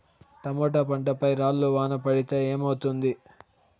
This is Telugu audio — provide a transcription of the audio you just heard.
టమోటా పంట పై రాళ్లు వాన పడితే ఏమవుతుంది?